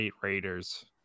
raiders